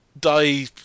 die